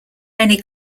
many